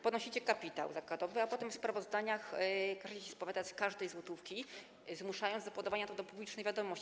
Podnosicie kapitał zakładowy, a potem w sprawozdaniach każecie się spowiadać z każdej złotówki, zmuszając do podawania tego do publicznej wiadomości.